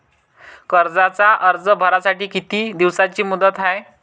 कर्जाचा अर्ज भरासाठी किती दिसाची मुदत हाय?